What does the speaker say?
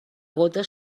gota